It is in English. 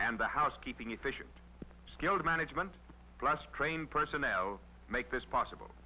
and the housekeeping efficient skilled management plus trained personnel make this possible